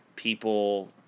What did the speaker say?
People